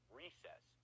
recess